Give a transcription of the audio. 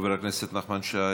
חבר הכנסת נחמן שי.